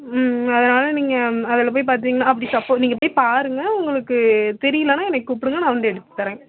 ம் அதனால் நீங்கள் அதில் போய் பார்த்தீங்கன்னா அப்படி சப்போஸ் நீங்கள் போய் பாருங்க உங்களுக்கு தெரியலன்னா என்னை கூப்பிடுங்க நான் வந்து எடுத்துத் தரேன்